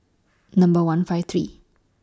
Number one five three